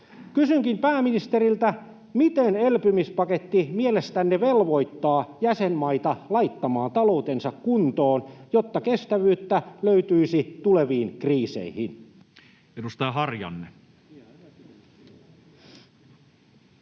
Kysynkin pääministeriltä: miten elpymispaketti mielestänne velvoittaa jäsenmaita laittamaan taloutensa kuntoon, jotta kestävyyttä löytyisi tuleviin kriiseihin? [Speech 116]